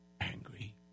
angry